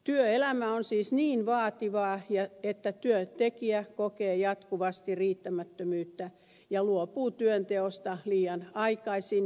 työelämä on siis niin vaativaa että työntekijä kokee jatkuvasti riittämättömyyttä ja luopuu työnteosta liian aikaisin